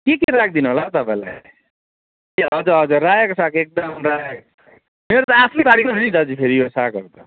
के के राखिदिनु होला हौ तपाईँलाई ए हजुर हजुर रायोको साग एकदम मेरो आफ्नै बारीको हो नि दाजु फेरि यो सागहरू त